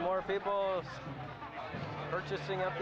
more people purchasing up